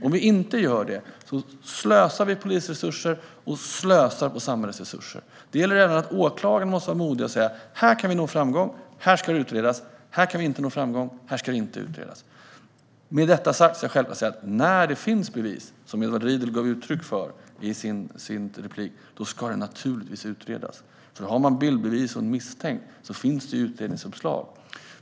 Om vi inte gör det slösar vi polisresurser och samhällsresurser. Det gäller även att åklagaren måste vara modig och säga: Här kan vi nå framgång, så här ska det utredas. Men här kan vi inte nå framgång, så här ska det inte utredas. Med detta sagt ska jag självklart säga att när det finns bevis, vilket Edward Riedl gav uttryck för i sitt inlägg, ska det naturligtvis utredas. Har man bildbevis och en misstänkt finns det ju utredningsuppslag.